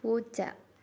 പൂച്ച